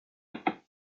mcgill